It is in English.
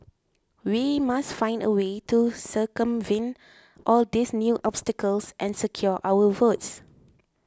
we must find a way to circumvent all these new obstacles and secure our votes